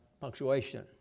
punctuation